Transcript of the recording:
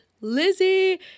Lizzie